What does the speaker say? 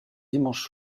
dimanche